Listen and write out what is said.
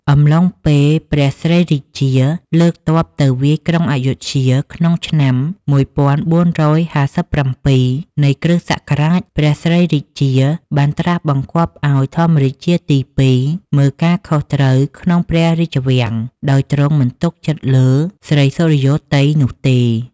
អំឡុងពេលព្រះស្រីរាជា លើកទ័ពទៅវាយក្រុងអាយុធ្យា ក្នុងឆ្នាំ ១៤៥៧ នៃគ.សករាជ ព្រះស្រីរាជា បានត្រាសបង្គាប់ឱ្យ ធម្មរាជាទី២ មើលការខុសត្រូវក្នុងព្រះរាជវាំង ដោយទ្រង់មិនទុកចិត្តលើ ស្រីសុរិយោទ័យ នោះទេ ។